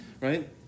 right